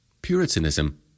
Puritanism